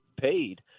paid